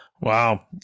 Wow